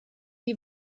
die